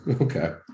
Okay